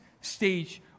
stage